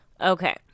Okay